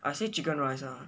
I say chicken rice lah